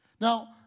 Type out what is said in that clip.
Now